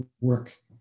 work